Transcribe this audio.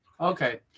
Okay